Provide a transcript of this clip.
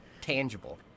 tangible